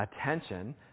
attention